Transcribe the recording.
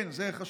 כן, זה חשוב.